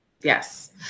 Yes